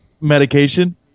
Medication